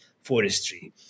forestry